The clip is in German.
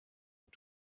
und